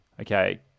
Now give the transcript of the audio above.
Okay